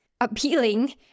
appealing